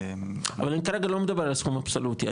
אבל אני כרגע לא מדבר על הסכום האבסולוטי,